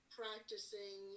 practicing